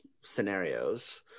scenarios